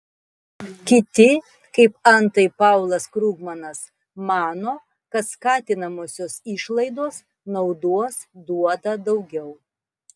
kiti kaip antai paulas krugmanas mano kad skatinamosios išlaidos naudos duoda daugiau